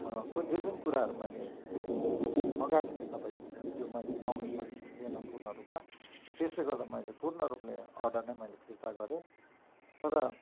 जुन जुन कुराहरू मैले मगाएको थिएँ तपाईँसित त्यो मैले पाउँन सकेको थिइनँ पूर्ण रूपमा र त्यसले गर्दा मैले पूर्ण रूपले अर्डर नै मैले फिर्ता गरेँ तर